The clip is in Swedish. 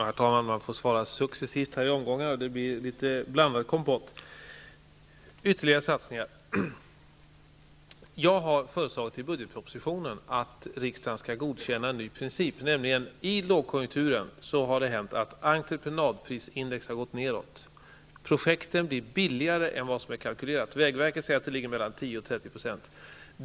Herr talman! Jag får svara i omgångar och det blir litet blandad kompott. Ytterligare satsningar: Jag har föreslagit i budgetpropositionen att riksdagen skall godkänna en ny princip. I lågkonjunkturen har det hänt att entrepenadprisindex har gått nedåt. Projekten blir billigare än vad som är kalkylerat. Vägverket säger att detta ligger på mellan 10 och 30 %.